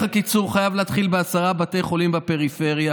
הקיצור חייב להתחיל בעשרה בתי חולים בפריפריה.